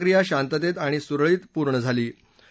मतदान प्रक्रिया शांततेत आणि सुरळीतपणे पूर्ण झाली